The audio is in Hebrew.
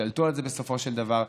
השתלטו על זה בסופו של דבר,